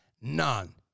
none